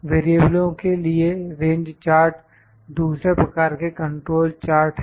वेरिएबलो के लिए range chart दूसरे प्रकार के कंट्रोल चार्ट हैं